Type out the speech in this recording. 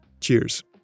Cheers